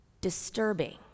Disturbing